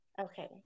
Okay